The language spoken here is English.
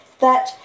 That